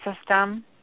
system